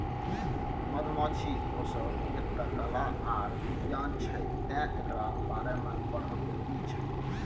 मधुमाछी पोसब एकटा कला आर बिज्ञान छै तैं एकरा बारे मे पढ़ब जरुरी छै